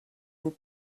vous